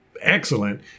excellent